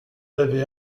avez